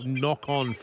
knock-on